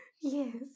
Yes